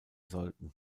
sollten